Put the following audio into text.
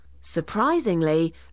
Surprisingly